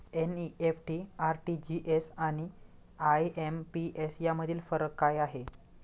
NEFT, RTGS आणि IMPS यामधील फरक काय आहे?